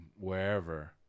wherever